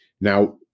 Now